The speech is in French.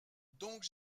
donc